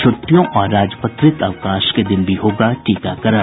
छूटिटयों और राजपत्रित अवकाश के दिन भी होगा टीकाकरण